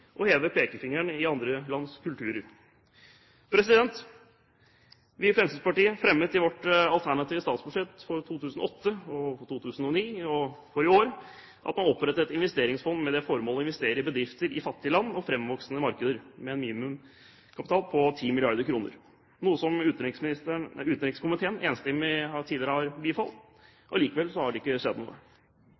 andre lands kulturer. Vi i Fremskrittspartiet foreslo i vårt alternative statsbudsjett for 2008, for 2009 og for i år at man oppretter et investeringsfond med det formål å investere i bedrifter i fattige land og i framvoksende markeder, med en minimumskapital på 10 mrd. kr, noe som utenrikskomiteen tidligere har bifalt enstemmig. Allikevel har det ikke skjedd noe.